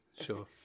sure